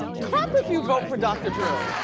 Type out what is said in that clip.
clap if you'd vote for dr. drew!